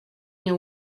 nie